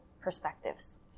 perspectives